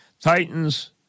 Titans